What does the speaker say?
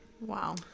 Wow